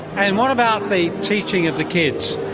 and what about the teaching of the kids?